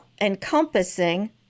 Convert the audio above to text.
encompassing